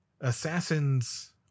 Assassin's